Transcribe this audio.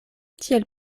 tiel